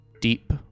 Deep